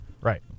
Right